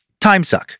timesuck